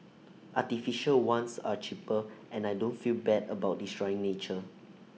artificial ones are cheaper and I don't feel bad about destroying nature